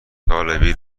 طالبی